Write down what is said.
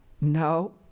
no